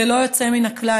ללא יוצא מן הכלל,